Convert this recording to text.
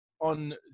On